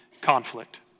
conflict